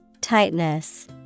Tightness